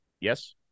Yes